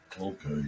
Okay